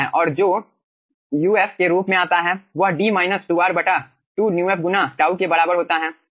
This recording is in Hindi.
और जो uf के रूप में आता है वह d 2r 2 μf गुना τ के बराबर होता है